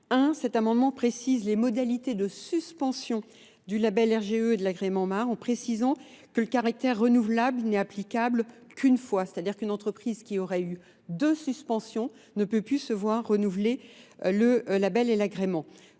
Un, cet amendement précise les modalités de suspension du label RGE et de l'agrément MAR en précisant que le caractère renouvelable n'est applicable qu'une fois. C'est-à-dire qu'une entreprise qui aurait eu deux suspensions ne peut plus se voir renouveler le label et l'agrément.